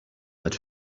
but